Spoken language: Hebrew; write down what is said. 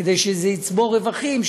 כדי שזה יצבור רווחים,